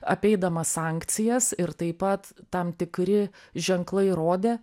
apeidamas sankcijas ir taip pat tam tikri ženklai rodė